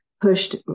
pushed